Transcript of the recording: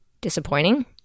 disappointing